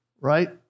right